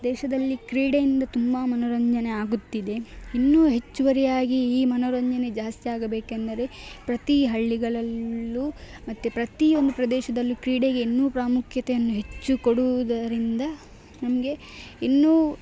ದೇಶದಲ್ಲಿ ಕ್ರೀಡೆಯಿಂದ ತುಂಬ ಮನೋರಂಜನೆ ಆಗುತ್ತಿದೆ ಇನ್ನೂ ಹೆಚ್ಚುವರಿಯಾಗಿ ಈ ಮನೋರಂಜನೆ ಜಾಸ್ತಿ ಆಗಬೇಕೆಂದರೆ ಪ್ರತಿ ಹಳ್ಳಿಗಳಲ್ಲೂ ಮತ್ತು ಪ್ರತಿಯೊಂದ್ ಪ್ರದೇಶದಲ್ಲೂ ಕ್ರೀಡೆಗೆ ಇನ್ನೂ ಪ್ರಾಮುಖ್ಯತೆಯನ್ನು ಹೆಚ್ಚು ಕೊಡುವುದರಿಂದ ನಮಗೆ ಇನ್ನೂ